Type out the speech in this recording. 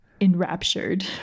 enraptured